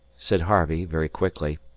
said harvey very quickly.